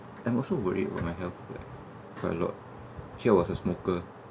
I'm also worry about my health like quite a lot actually I was a smoker